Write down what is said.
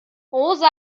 rosa